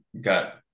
got